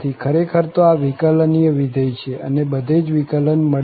ખરેખર તો આ વિકલનીય વિધેય છે અને બધે જ વિકલન મળે છે